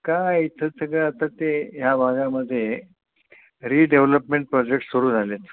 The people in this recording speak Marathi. काय इथं ते काय आता ते ह्या भागामध्ये रिडेवलपमेंट प्रोजेक्ट सुरु झाले आहेत